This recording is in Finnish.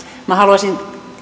minä haluaisin